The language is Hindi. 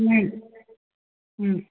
नहीं हूँ